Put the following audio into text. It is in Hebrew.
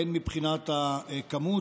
הן מבחינת הכמות,